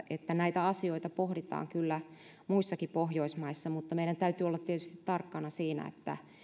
että näitä asioita pohditaan kyllä muissakin pohjoismaissa mutta meidän täytyy olla tietysti tarkkana siinä että